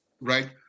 right